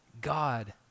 God